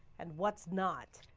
and what's not.